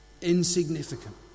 insignificant